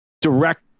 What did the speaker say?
direct